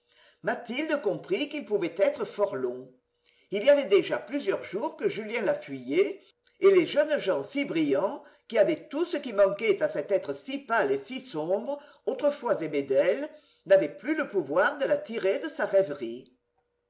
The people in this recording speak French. mathilde comprit qu'il pouvait être fort long il y avait déjà plusieurs jours que julien la fuyait et les jeunes gens si brillants qui avaient tout ce qui manquait à cet être si pâle et si sombre autrefois aimé d'elle n'avaient plus le pouvoir de la tirer de sa rêverie